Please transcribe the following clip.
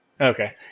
okay